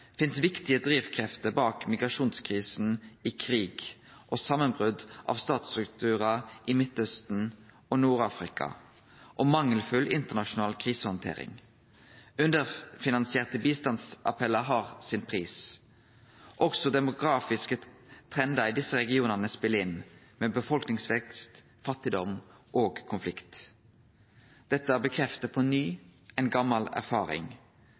finst det viktige drivkrefter bak migrasjonskrisa i krig og samanbrot av statsstrukturar i Midtausten og Nord-Afrika og mangelfull internasjonal krisehandtering. Underfinansierte bistandsappellar har sin pris. Også demografiske trendar i desse regionane spelar inn – med befolkningsvekst, fattigdom og konflikt. Dette bekreftar på nytt ei gammal erfaring: